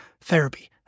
therapy